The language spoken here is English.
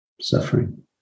suffering